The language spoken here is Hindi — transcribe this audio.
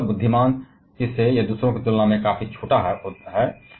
वास्तव में बुद्धिमानों द्वारा यह दूसरों की तुलना में काफी छोटा है